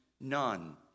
none